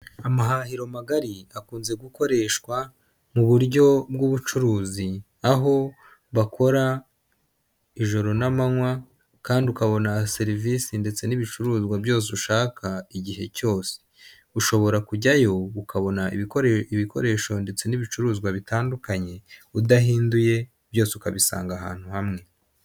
Amahahiro magari akunze gukoreshwa mu buryo bw'ubucuruzi aho bakora ijoro n'amanywa kandi ukabona serivisi ndetse n'ibicuruzwa byose ushaka igihe cyose ushobora kujyayo ukabona ibikoresho ndetse n'ibicuruzwa bitandukanye udahinduye byose ukabisanga ahantu hamwe.